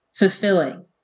fulfilling